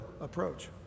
approach